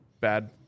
bad